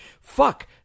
Fuck